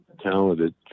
talented